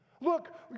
Look